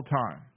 time